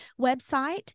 website